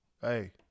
Hey